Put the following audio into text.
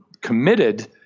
committed